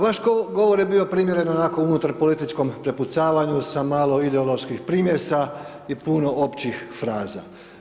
Vaš govor je bio primjeren onako unutarpolitičkom prepucavanju sa malo ideoloških primjesa i pun općih fraza.